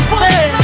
say